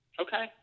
Okay